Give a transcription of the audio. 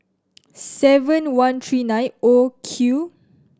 seven one three nine O Q